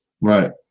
Right